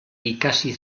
ikasi